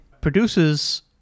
produces